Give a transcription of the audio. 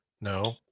no